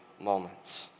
moments